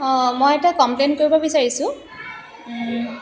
অঁ মই এটা কমপ্লেইন কৰিব বিচাৰিছোঁ